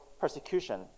persecution